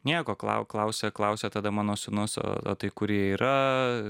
nieko klau klausė klausė tada mano sūnus o o tai kurie yra